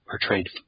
portrayed